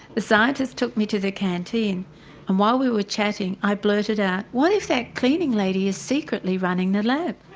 the scientists took me to the canteen and while we were chatting i blurted out, what if that cleaning lady is secretly running the lab?